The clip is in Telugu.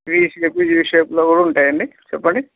వి ేపుజీ షేప్లో కూడా ఉంటాయండి చెప్పండి